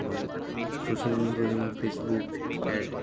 এবং social media যেমন Facebook add